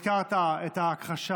אם הזכרת את ההכחשה.